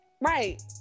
Right